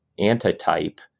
antitype